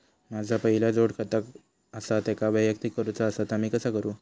माझा पहिला जोडखाता आसा त्याका वैयक्तिक करूचा असा ता मी कसा करू?